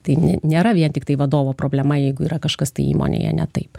tai ni nėra vien tik tai vadovo problema jeigu yra kažkas tai įmonėje ne taip